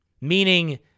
Meaning